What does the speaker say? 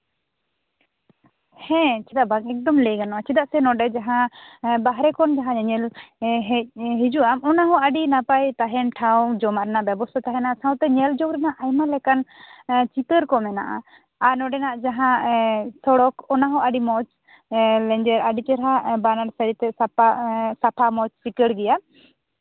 ᱦᱮᱸ ᱪᱮᱫᱟᱜ ᱵᱟᱝ ᱮᱠᱫᱚ ᱞᱟᱹᱭ ᱜᱟᱱᱚᱜᱼᱟ ᱪᱮᱫᱟᱜ ᱥᱮ ᱱᱚᱸᱰᱮ ᱵᱟᱨᱦᱮ ᱠᱷᱚᱱ ᱡᱟᱦᱟᱸᱭ ᱱᱚᱸᱰᱮ ᱧᱮᱧᱮᱞᱮᱢ ᱦᱮᱡ ᱦᱤᱡᱩᱜᱼᱟᱢ ᱚᱱᱟ ᱦᱚᱸ ᱟᱹᱰᱤ ᱱᱟᱯᱟᱭ ᱛᱟᱦᱮᱸᱱ ᱴᱷᱟᱶ ᱡᱚᱢᱟᱜ ᱨᱮᱭᱟᱜ ᱵᱮᱵᱚᱥᱛᱷᱟ ᱛᱟᱦᱮᱸᱱᱟ ᱥᱟᱶᱛᱮ ᱧᱮᱞᱡᱚᱝ ᱨᱮᱭᱟᱜ ᱟᱭᱢᱟ ᱞᱮᱠᱟᱱ ᱪᱤᱛᱟᱹᱨ ᱠᱚ ᱢᱮᱱᱟᱜᱼᱟ ᱟᱨ ᱱᱚᱸᱰᱮᱱᱟᱜ ᱡᱟᱦᱟᱸ ᱮᱸᱜ ᱥᱚᱲᱚᱠ ᱚᱱᱟ ᱦᱚᱸ ᱟᱹᱰᱤ ᱢᱚᱸᱡᱽ ᱮᱸᱜ ᱞᱮᱸᱡᱮᱨ ᱟᱹᱰᱤ ᱪᱮᱨᱦᱟ ᱵᱟᱱᱟᱨ ᱥᱟᱭᱤᱰ ᱛᱮ ᱥᱟᱯᱷᱟ ᱢᱚᱸᱡᱽ ᱪᱤᱸᱠᱟᱹᱬ ᱜᱮᱭᱟ